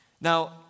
Now